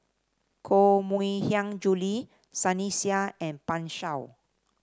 Koh Mui Hiang Julie Sunny Sia and Pan Shou